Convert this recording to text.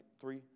Three